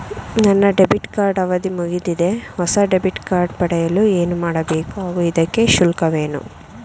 ನನ್ನ debit card ಅವಧಿ ಮುಗಿದಿದೆ ಹೊಸ ಡೆಬಿಟ್ ಕಾರ್ಡ್ ಪಡೆಯಲು ಏನು ಮಾಡಬೇಕು ಹಾಗೂ ಇದಕ್ಕೆ ಶುಲ್ಕವೇನು?